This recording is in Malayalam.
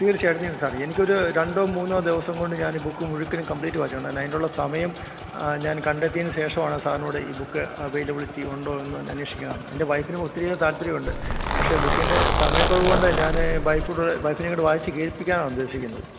തീർച്ചയായിട്ടും സർ എനിക്കൊരു രണ്ടോ മൂന്നോ ദിവസം കൊണ്ട് ഞാനീ ബുക്ക് മുഴുക്കനും കംപ്ലീറ്റ് വായിച്ചോണ്ടും കാരണം അതിനുള്ള സമയം ആ ഞാൻ കണ്ടെത്തിയതിനു ശേഷമാണ് സാറിനോട് ഈ ബുക്ക് അവയിലബിലിറ്റി ഉണ്ടോ എന്ന് തന്നെ അന്വേഷിക്കുന്നത് എൻ്റെ വൈഫിനും ഒത്തിരിയേറെ താല്പര്യം ഉണ്ട് പക്ഷെ ബുക്കിൻ്റെ സമയക്കുറവ് കൊണ്ട് ഞാന് വൈഫിനോട് വൈഫിനെ കൂടെ വായിച്ചുകേൾപ്പിക്കാനാണ് ഉദ്ദേശിക്കുന്നത്